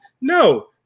No